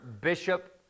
bishop